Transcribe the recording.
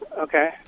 Okay